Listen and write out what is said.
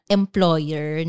employer